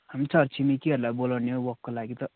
हामी छर छिमेकीहरूलाई बोलाउने हो वकको लागि त